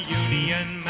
union